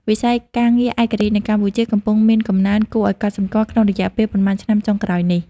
វិស័យការងារឯករាជ្យនៅកម្ពុជាកំពុងមានកំណើនគួរឱ្យកត់សម្គាល់ក្នុងរយៈពេលប៉ុន្មានឆ្នាំចុងក្រោយនេះ។